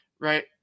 right